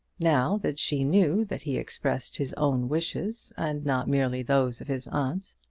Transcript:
now that she knew that he expressed his own wishes, and not merely those of his aunt.